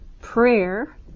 prayer